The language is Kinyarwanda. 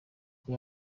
bwo